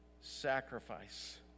sacrifice